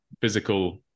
physical